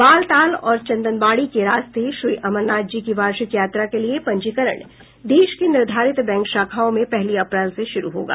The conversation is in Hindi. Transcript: बालताल और चंदनबाड़ी के रास्ते श्री अमरनाथ जी की वार्षिक यात्रा के लिए पंजीकरण देश की निर्धारित बैंक शाखाओं में पहली अप्रैल से शुरू होगा